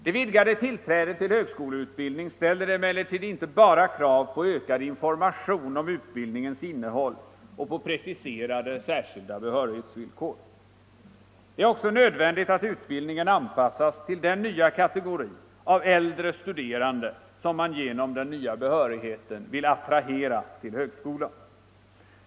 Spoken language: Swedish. Det vidgade tillträdet till högskoleutbildning ställer emellertid inte bara krav på ökad information om utbildningens innehåll och på preciserade särskilda behörighetsvillkor. Det är också nödvändigt att utbildningen anpassas till den nya kategori av äldre studerande, som man genom den nya behörigheten här vill attrahera till högskolan.